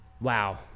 Wow